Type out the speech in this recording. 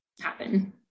happen